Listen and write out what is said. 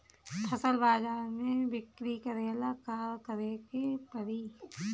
फसल बाजार मे बिक्री करेला का करेके परी?